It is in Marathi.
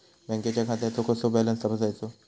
बँकेच्या खात्याचो कसो बॅलन्स तपासायचो?